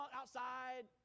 outside